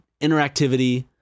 interactivity